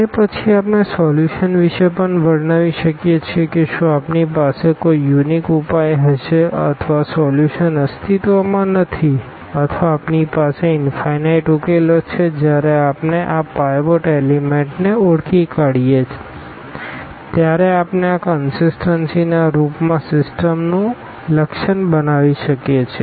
અને પછી આપણે સોલ્યુશન વિશે પણ વર્ણવી શકીએ છીએ કે શું આપણી પાસે કોઈ યુનિક ઉપાય હશે અથવા સોલ્યુશન અસ્તિત્વમાં નથી અથવા આપણી પાસે ઇનફાઈનાઈટ ઉકેલો છે જ્યારે આપણે આ પાઈવોટ એલીમેન્ટને ઓળખી કાઢીએ ત્યારે આપણે આ કનસીસટન્સીના રૂપમાં સિસ્ટમનું લક્ષણ બનાવી શકીએ છીએ